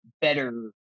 better